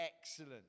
Excellent